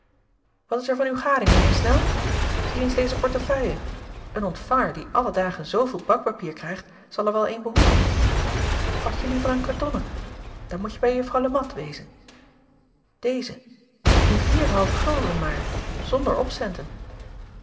at is er van uw gading mijn eer nel zie eens dezen portefeuille en ontvanger die alle dagen zooveel bankpapier krijgt zal er wel een behoeven f hadje liever een kartonnen dan moet je bij uffrouw e at wezen eze nu vierd halve gulden maar zonder opcenten